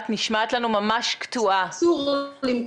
אוסר על מכירה לקטינים ומצד שני --- פרופ' חגי לוין נמצא.